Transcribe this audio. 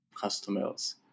customers